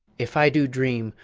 if i do dream,